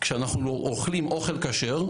כשאנחנו אוכלים אוכל כשר,